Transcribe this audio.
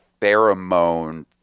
pheromone